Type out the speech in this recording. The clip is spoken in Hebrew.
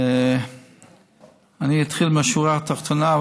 אני אתחיל בשורה התחתונה,